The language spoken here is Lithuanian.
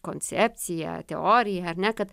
koncepcija teorija ar ne kad